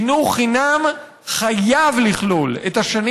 חינוך חינם חייב לכלול את השנים